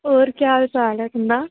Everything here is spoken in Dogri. होर केह् हाल चाल ऐ तुं'दा